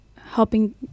helping